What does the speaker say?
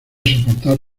soportar